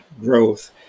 growth